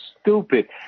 stupid